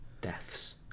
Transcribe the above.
Deaths